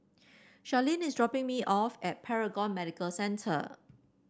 Charline is dropping me off at Paragon Medical Centre